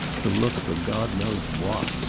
to look for god knows what.